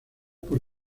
por